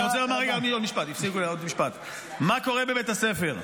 אני רוצה לומר רגע עוד משפט: מה קורה בבית הספר?